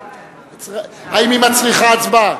האם היא מצריכה הצבעה?